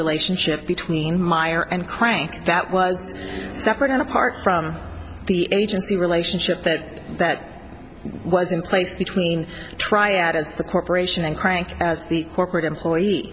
relationship between meyer and crank that was separate and apart from the agency relationship that that was in place between triad of the corporation and crank as the corporate employee